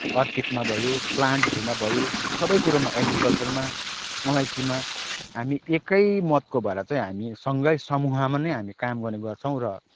अर्किडमा भयो प्लान्टहरूमा भयो सबै कुरोमा एग्रिकल्चरमा अलैँचीमा हामी एकै मतको भएर चाहिँ हामी सँगै समूहमा नै हामी काम गर्ने गर्छौँ र